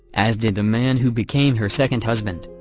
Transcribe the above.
as did the man who became her second husband,